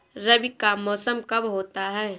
रबी का मौसम कब होता हैं?